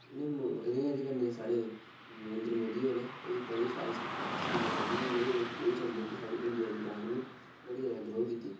इ'नें इं'दे कन्नै श्री नरेन्द्र मोदी होरे बड़ी शैल स्कीमां कड्ढियां जेह्दे कन्नै साढी इंडिया दी इकानमी बड़ी जैदा ग्रो कीती